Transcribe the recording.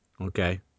Okay